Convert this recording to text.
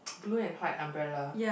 blue and white umbrella